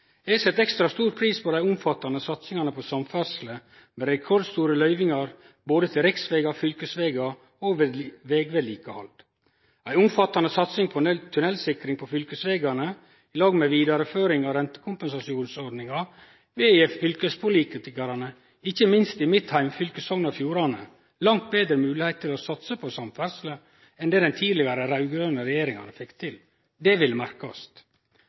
Eg set ekstra stor pris på dei omfattande satsingane på samferdsle med rekordstore løyvingar både til riksvegar og fylkesvegar og til vegvedlikehald. Ei omfattande satsing på tunnelsikring på fylkesvegane i lag med vidareføring av rentekompensasjonsordningar vil gje fylkespolitikarane, ikkje minst i mitt heimfylke, Sogn og Fjordane, langt betre moglegheit til å satse på samferdsle enn det den tidlegare raud-grøne regjeringa fekk til. Det vil merkast.